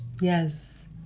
Yes